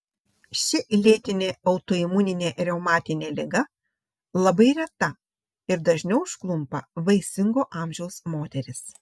ši lėtinė autoimuninė reumatinė liga labai reta ir dažniau užklumpa vaisingo amžiaus moteris